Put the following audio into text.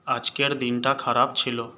আজকের দিনটা খারাপ ছিল